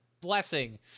blessing